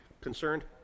concerned